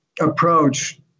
approach